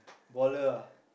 baller ah